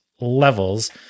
levels